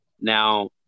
now